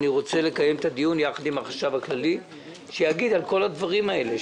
אני רוצה לקיים את הדיון עם החשב הכללי שידבר על כל הדברים האלה,